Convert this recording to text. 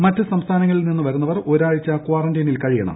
മറ്റ് സംസ്ഥാനങ്ങളിൽ നിന്ന് വരുന്നവർ ഒരാഴ്ച കാറന്റൈനിൽ കഴിയണം